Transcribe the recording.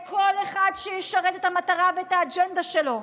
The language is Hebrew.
לכל אחד שישרת את המטרה ואת האג'נדה שלו.